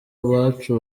abacu